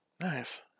Nice